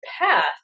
path